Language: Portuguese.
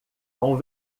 com